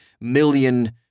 million